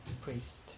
priest